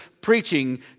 preaching